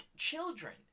Children